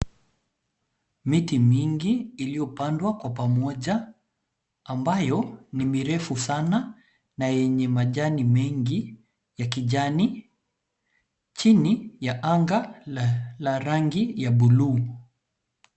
Miti mingi iliyopandwa kwa pamoja ambayo ni mirefu sana na yenye majani mengi ya kijani, chini ya anga la rangi ya buluu.